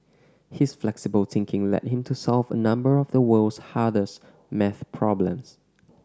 his flexible thinking led him to solve a number of the world's hardest maths problems